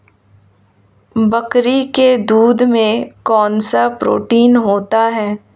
बकरी के दूध में कौनसा प्रोटीन होता है?